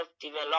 develop